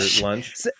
lunch